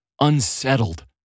unsettled